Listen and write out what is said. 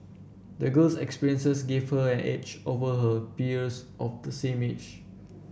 the girl's experiences gave her an edge over her peers of the same age